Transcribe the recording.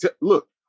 Look